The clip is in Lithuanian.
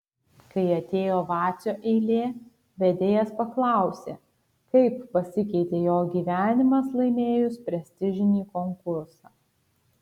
kai atėjo vacio eilė vedėjas paklausė kaip pasikeitė jo gyvenimas laimėjus prestižinį konkursą